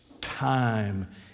time